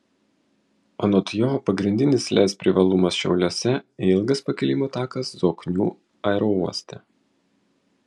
anot jo pagrindinis lez privalumas šiauliuose ilgas pakilimo takas zoknių aerouoste